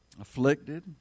afflicted